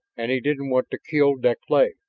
and he didn't want to kill deklay!